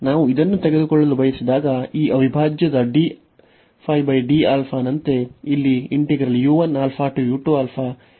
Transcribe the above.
ನಾವು ಇದನ್ನು ತೆಗೆದುಕೊಳ್ಳಲು ಬಯಸಿದಾಗ ಈ ಅವಿಭಾಜ್ಯದ dϕ dα ನಂತೆ ಇಲ್ಲಿ